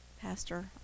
pastor